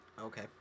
Okay